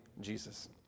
Jesus